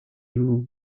room